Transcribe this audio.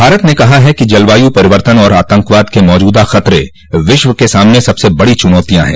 भारत ने कहा है कि जलवायु परिवर्तन और आतंकवाद के मौजूदा खतरे विश्व के सामने सबसे बड़ी चुनौतियां हैं